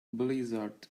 blizzard